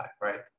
right